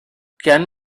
can